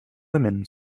women